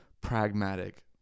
pragmatic